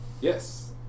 Yes